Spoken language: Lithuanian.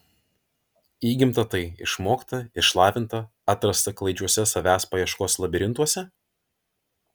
įgimta tai išmokta išlavinta atrasta klaidžiuose savęs paieškos labirintuose